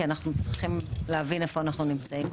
כי אנחנו צריכים להבין איפה אנחנו נמצאים